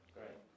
Great